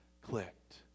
clicked